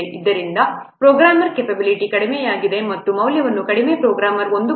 ಆದ್ದರಿಂದ programmer capability ಕಡಿಮೆಯಾಗಿದೆ ಮತ್ತು ಈ ಮೌಲ್ಯವನ್ನು ಕಡಿಮೆ ಪ್ರೋಗ್ರಾಮರ್1